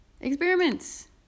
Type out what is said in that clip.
experiments